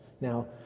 Now